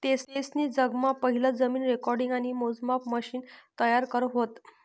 तेसनी जगमा पहिलं जमीन रेकॉर्डिंग आणि मोजमापन मशिन तयार करं व्हतं